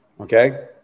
okay